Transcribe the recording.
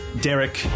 Derek